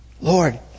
Lord